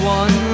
one